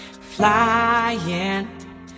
flying